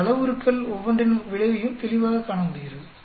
இந்த அளவுருக்கள் ஒவ்வொன்றின் விளைவையும் தெளிவாகக் காண முடிகிறது